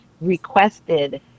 requested